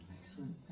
Excellent